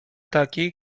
takiej